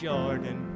Jordan